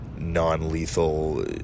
non-lethal